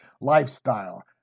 lifestyle